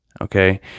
Okay